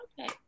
okay